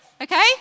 Okay